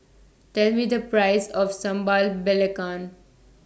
Tell Me The Price of Sambal Belacan